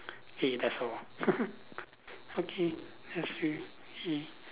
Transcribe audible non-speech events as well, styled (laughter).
okay that's all (laughs) okay let's to see